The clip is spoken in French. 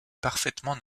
parfaitement